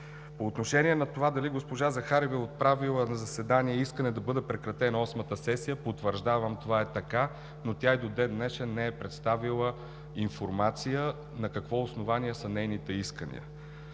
По отношение на това дали госпожа Захариева е отправила на заседание искане да бъде прекратена Осмата сесия, потвърждавам, че това е така, но тя и до ден днешен не е представила информация на какво основание са нейните искания.